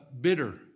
bitter